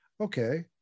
okay